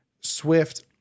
swift